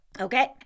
Okay